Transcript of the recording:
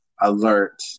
alert